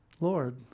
Lord